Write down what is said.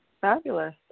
Fabulous